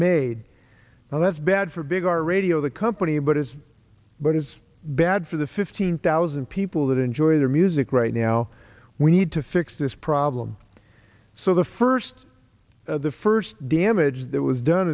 made now that's bad for big our radio the company but it's but it's bad for the fifteen thousand people that enjoy their music right now we need to fix this problem so the first the first damage that was done